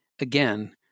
again